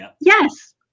Yes